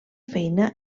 feina